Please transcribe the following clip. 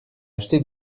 acheté